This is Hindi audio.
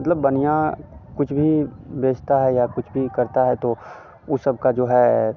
मतलब बनिया कुछ भी बेचता है कुछ भी करता है तो ऊ सब का जो है